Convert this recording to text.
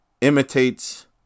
Imitates